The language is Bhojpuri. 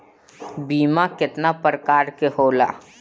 बीमा केतना प्रकार के होला?